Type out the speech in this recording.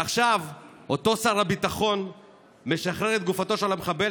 עכשיו אותו שר הביטחון משחרר את גופתו של המחבל